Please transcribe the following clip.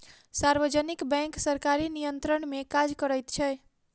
सार्वजनिक बैंक सरकारी नियंत्रण मे काज करैत छै